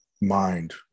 mind